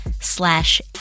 slash